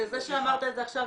זה שאמרת את זה עכשיו